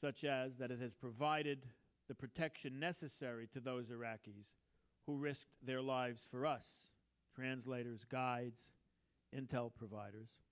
such as that has provided the protection necessary to those iraqis who risked their lives for us translators guides intel providers